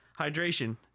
hydration